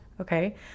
Okay